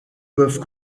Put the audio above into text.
peuvent